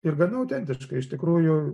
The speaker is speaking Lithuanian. ir gana autentiška iš tikrųjų